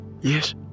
yes